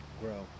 grow